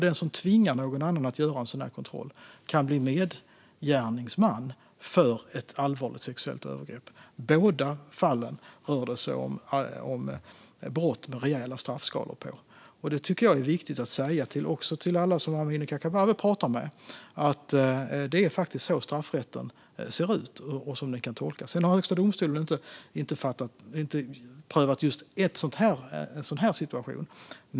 Den som tvingar någon annan att göra en sådan kontroll kan bli medgärningsman för ett allvarligt sexuellt övergrepp. I båda fallen rör det sig om brott med rejäla straffskalor. Det tycker jag är viktigt att säga till alla som Amineh Kakabaveh talar med. Det är faktiskt så straffrätten ser ut och kan tolkas. Sedan har Högsta domstolen inte prövat en sådan situation.